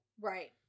Right